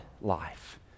life